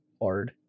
hard